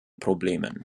problemen